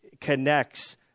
connects